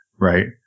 Right